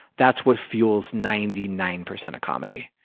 that's what fuels ninety nine percent of comedy.